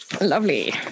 Lovely